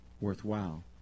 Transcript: worthwhile